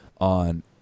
on